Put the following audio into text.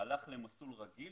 הלך למסלול רגיל,